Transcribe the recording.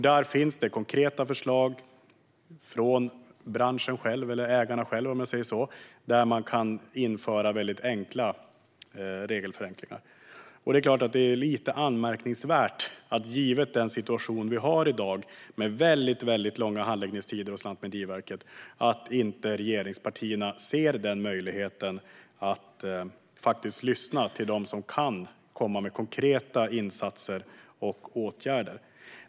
Det finns konkreta förslag från branschen eller ägarna själva om att införa enkla regelförenklingar. Givet den situation vi har i dag med väldigt långa handläggningstider hos Lantmäteriet är det lite anmärkningsvärt att regeringspartierna inte ser möjligheten att lyssna till dem som kan komma med konkreta insatser och åtgärder.